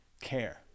care